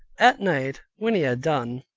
at night, when he had done,